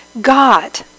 God